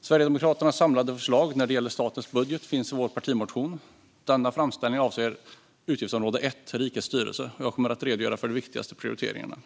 Sverigedemokraternas samlade förslag när det gäller statens budget finns i vår partimotion. Denna framställning avser utgiftsområde l, Rikets styrelse, och jag kommer att redogöra för de viktigaste prioriteringarna.